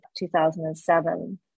2007